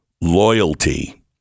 loyalty